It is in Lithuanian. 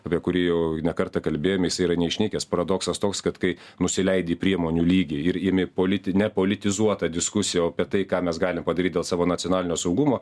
apie kurį jau ne kartą kalbėjom jisai yra neišnykęs paradoksas toks kad kai nusileidi į priemonių lygį ir imi politi nepolitizuotą diskusiją o apie tai ką mes galim padaryt dėl savo nacionalinio saugumo